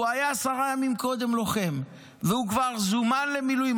והוא היה עשרה ימים קודם לוחם והוא כבר זומן למילואים,